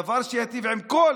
דבר שייטיב עם כל,